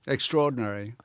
Extraordinary